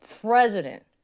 president